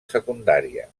secundària